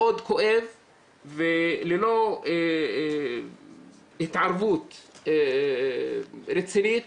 מאוד כואב, וללא התערבות רצינית